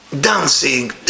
dancing